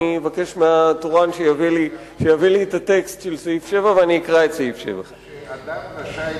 אבקש מהתורן שיביא לי הטקסט של סעיף 7 ואקרא את סעיף 7. אדם רשאי